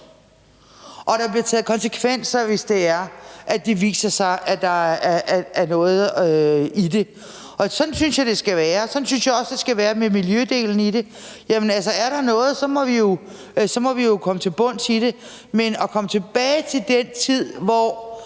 og der bliver taget konsekvenser, hvis det er, at det viser sig, at der er noget i det. Sådan synes jeg det skal være. Sådan synes jeg også det skal være med miljødelen i det. Er der noget, må vi jo komme til bunds i det, men at komme tilbage til den tid, hvor